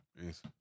Peace